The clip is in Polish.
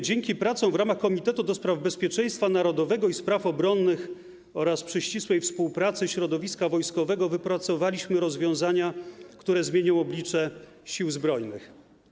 Dzięki pracom w ramach Komitetu do spraw Bezpieczeństwa Narodowego i spraw Obronnych oraz przy ścisłej współpracy środowiska wojskowego wypracowaliśmy rozwiązania, które zmienią oblicze Sił Zbrojnych.